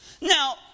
Now